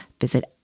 visit